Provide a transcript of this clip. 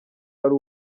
ari